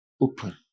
open